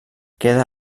queda